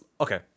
Okay